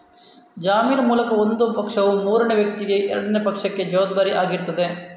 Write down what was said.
ಜಾಮೀನು ಮೂಲಕ ಒಂದು ಪಕ್ಷವು ಮೂರನೇ ವ್ಯಕ್ತಿಗೆ ಎರಡನೇ ಪಕ್ಷಕ್ಕೆ ಜವಾಬ್ದಾರಿ ಆಗಿರ್ತದೆ